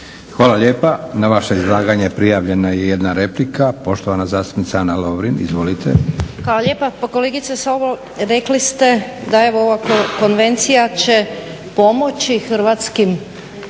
Hvala lijepa. Na vaše izlaganje prijavljena je jedna replika. Poštovana zastupnica Ana Lovrin. Izvolite. **Lovrin, Ana (HDZ)** Hvala lijepa. Pa kolegice Sobol rekli ste da evo ova konvencija će pomoći hrvatskim